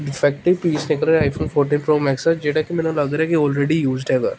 defective piece ਨਿਕਲਿਆ iPhone fourteen pro max ਦਾ ਜਿਹੜਾ ਕਿ ਮੈਨੂੰ ਲੱਗ ਰਿਹਾ ਕਿ ਆਲਰੈਡੀ ਯੂਸਡ ਹੈਗਾ